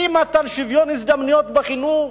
אי-מתן שוויון הזדמנויות בחינוך.